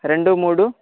రెండు మూడు